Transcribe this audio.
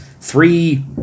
Three